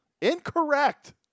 Incorrect